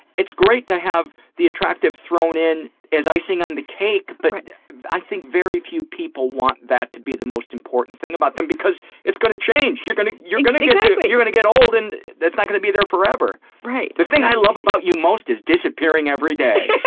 it's great to have the attractive thrown in as icing on the cake, but i think very few people want that to be the most important thing about them because it's gonna change. you're gonna you're gonna get sort of you're gonna get old and that's not gonna be there forever. the thing i love about you most is disappearing every day.